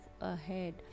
ahead